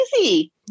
easy